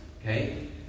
Okay